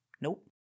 Nope